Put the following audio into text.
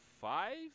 five